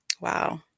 Wow